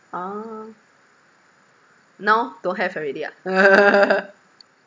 orh now don't have already ah